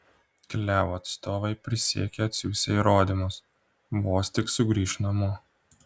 klevo atstovai prisiekė atsiųsią įrodymus vos tik sugrįš namo